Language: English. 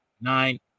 nine